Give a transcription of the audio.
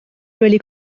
really